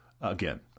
again